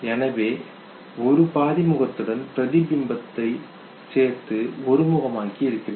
எனவே ஒரு பாதி முகத்துடன் பிரதி பிம்பத்தை சேர்த்து ஒரு முகமாக்கி இருக்கிறேன்